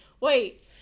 Wait